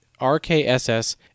RKSS